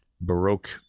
Baroque